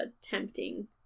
tempting